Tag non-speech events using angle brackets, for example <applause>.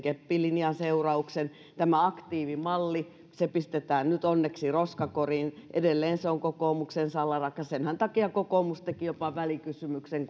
<unintelligible> keppilinjan seurauksen tämä aktiivimalli pistetään nyt onneksi roskakoriin edelleen se on kokoomuksen salarakas senhän takia kokoomus teki jopa välikysymyksen <unintelligible>